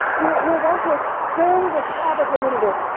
we'll we'll want to extend the sabbath a little bit.